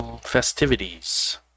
festivities